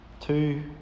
Two